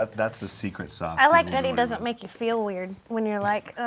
that's the secret sauce. i like that he doesn't make you feel weird when you're, like,